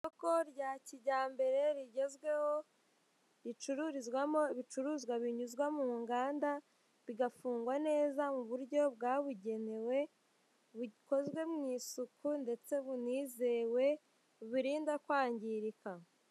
Isoko rya kijyambere rigezweho, ricururizwamo ibicuruzwa binyuzwa mu nganda bigafungwa neza mu buryo bwabugenewe; bukozwe mu isuku ndetse bunizewe bubirinda kwangirika.